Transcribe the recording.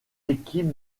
équipes